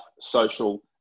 social